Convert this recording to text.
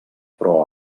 però